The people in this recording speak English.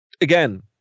again